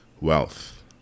wealth